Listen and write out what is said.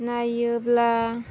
नायोब्ला